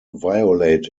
violate